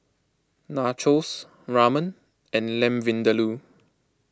Nachos Ramen and Lamb Vindaloo